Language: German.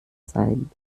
sein